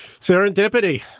serendipity